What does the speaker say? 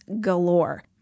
galore